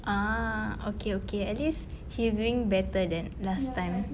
ah okay okay at least he's doing better than last time